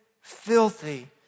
filthy